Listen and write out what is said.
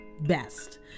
best